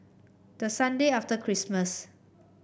the Sunday after Christmas